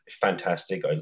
fantastic